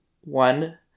one